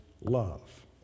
love